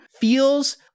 feels